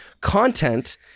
content